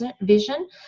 vision